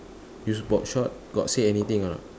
use boardshorts got say anything or not